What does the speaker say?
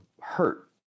hurt